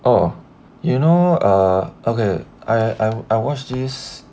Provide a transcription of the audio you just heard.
oh you know err okay I I watch this